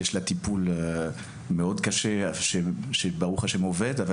יש לה טיפול מאוד קשה שברוך השם עובד אבל